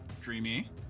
Dreamy